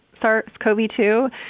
SARS-CoV-2